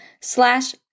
slash